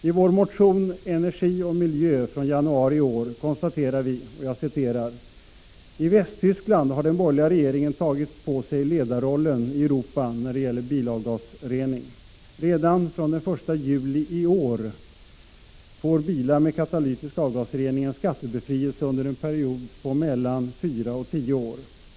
I vår Ga GG motion Miljö och energi från januari i år konstaterar vi:”I Västtyskland har den borgerliga regeringen tagit på sig ledarrollen i Europa när det gäller bilavgasrening. Redan från den 1 juli i år får bilar med katalytisk avgasrening en skattebefrielse under en period på mellan 4 och 10 år.